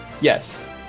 yes